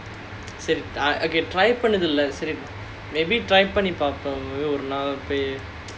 கண்டிப்பா பிடிக்காதா:kandippaa pidikkaathaa okay பண்ணதில்ல:pannathilla maybe try பண்ணி பார்ப்போம் ஒரு நாள்:panni paarppom orunaal